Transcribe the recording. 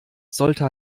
sollte